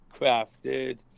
crafted